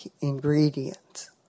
ingredients